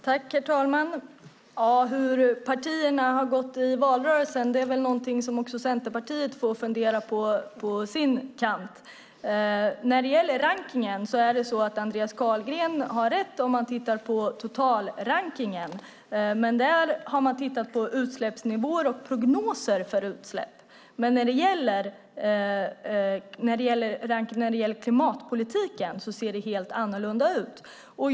Herr talman! Hur det gick för partierna i valrörelsen är nog något som också Centerpartiet får fundera på. När det gäller rankningen har Andreas Carlgren rätt om man tittar på totalrankningen. Där har man tittat på utsläppsnivåer och prognoser för utsläpp, men när det gäller rankningen av klimatpolitiken ser det helt annorlunda ut.